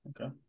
Okay